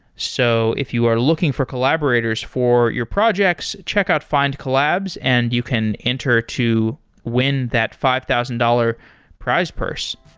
so if you are looking for collaborators for your projects, check out find collabs and you can enter to win that five thousand dollars price purse.